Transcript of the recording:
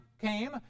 came